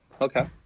okay